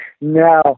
No